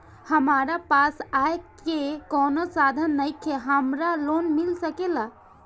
हमरा पास आय के कवनो साधन नईखे हमरा लोन मिल सकेला?